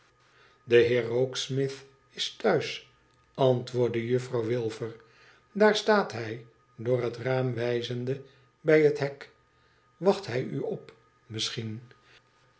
de heer rokesmith is thuis antwoordde juffrouw wilfer daar staat hij door het raam wijzende bij het hek wacht hij u op misschien